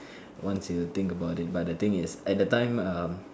once you think about it but the thing is at that time um